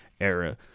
era